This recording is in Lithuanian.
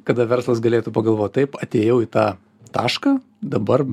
kada verslas galėtų pagalvot taip atėjau į tą tašką dabar